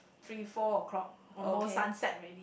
three four o-clock almost sunset already